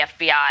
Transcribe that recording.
FBI